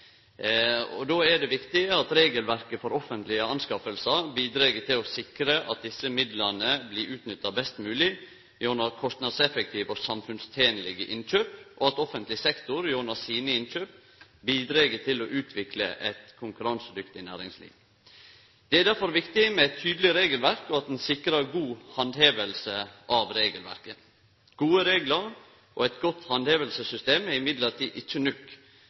viktig at regelverket for offentlege innkjøp bidreg til å sikre at desse midlane blir utnytta best mogleg gjennom kostnadseffektive og samfunnstenlege innkjøp, og at offentleg sektor gjennom sine innkjøp bidreg til å utvikle eit konkurransedyktig næringsliv. Det er derfor viktig med eit tydeleg regelverk og at ein sikrar god handheving av regelverket. Gode reglar og eit godt handhevingssystem er likevel ikkje